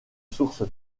source